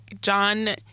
John